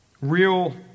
real